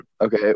Okay